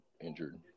injured